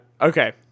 okay